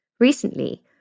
Recently